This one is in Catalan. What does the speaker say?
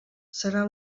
serà